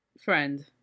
Friend